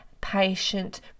patient